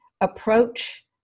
approach